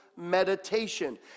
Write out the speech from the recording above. Meditation